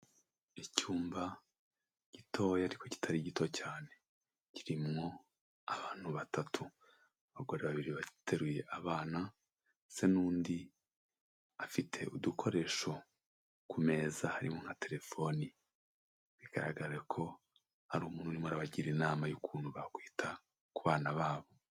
Icyumba gitoya ariko kitari gito cyane kirimwo abantu batatu, abagore babiri bateruye abana se n'undi afite udukoresho ku meza harimo nka telefoni bigaragara ko hari umwe urimo arabagira inama y'uko bakwita ku bana babo.